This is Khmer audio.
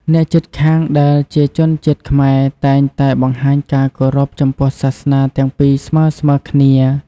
អ្នកជិតខាងដែលជាជនជាតិខ្មែរតែងតែបង្ហាញការគោរពចំពោះសាសនាទាំងពីរស្មើៗគ្នា។